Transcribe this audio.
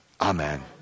Amen